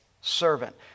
servant